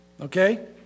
Okay